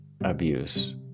Abuse